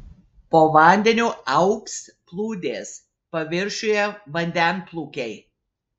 po vandeniu augs plūdės paviršiuje vandenplūkiai